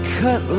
cut